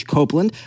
Copeland